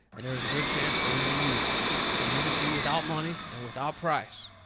and there is a good chance for even you. i give it to you, without money and without price.